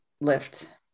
lift